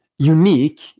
unique